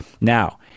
Now